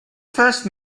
first